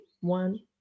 One